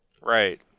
Right